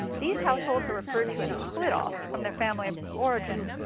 these households are referred to as split-offs from their family of origin,